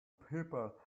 people